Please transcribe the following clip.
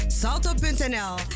salto.nl